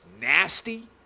nasty